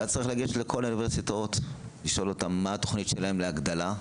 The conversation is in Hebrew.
צריך לגשת לכל האוניברסיטאות ולשאול אותן מה התכנית שלהן להגדלה,